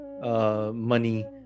money